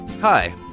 Hi